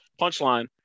Punchline